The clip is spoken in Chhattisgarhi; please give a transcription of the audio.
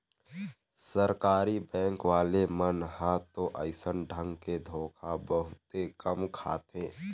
सरकारी बेंक वाले मन ह तो अइसन ढंग के धोखा बहुते कम खाथे